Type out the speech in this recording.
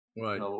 Right